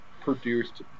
produced